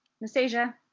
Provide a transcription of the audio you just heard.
Nastasia